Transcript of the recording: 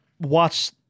watch